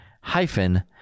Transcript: hyphen